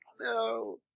no